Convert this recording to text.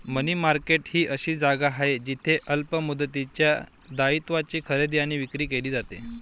मनी market ही अशी जागा आहे जिथे अल्प मुदतीच्या दायित्वांची खरेदी आणि विक्री केली जाते